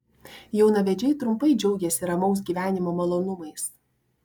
jaunavedžiai trumpai džiaugiasi ramaus gyvenimo malonumais